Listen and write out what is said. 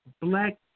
black